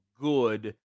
good